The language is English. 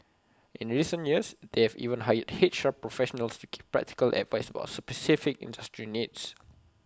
in recent years they have even hired H R professionals to give practical advice about specific industry needs